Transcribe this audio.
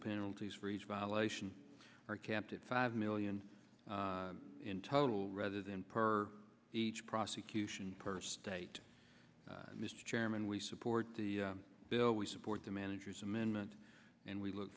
penalties for each violation are capped at five million in total rather than per each prosecution per state mr chairman we support the bill we support the manager's amendment and we look